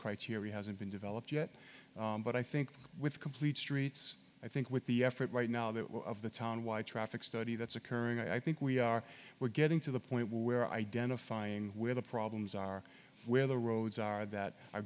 criteria hasn't been developed yet but i think with complete streets i think with the effort right now that one of the town why traffic study that's occurring i think we are we're getting to the point where identifying where the problems are where the roads are that are